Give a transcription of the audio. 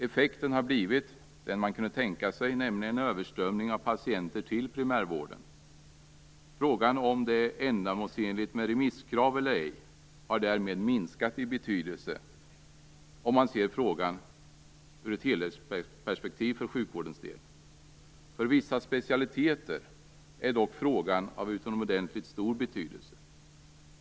Effekten har blivit den man kunde tänka sig, nämligen en överströmning av patienter till primärvården. Frågan om det är ändamålsenligt med remisskrav eller ej har därmed minskat i betydelse, om man ser den ur ett helhetsperspektiv för sjukvårdens del. För vissa specialiteter är dock frågan av utomordentligt stor betydelse.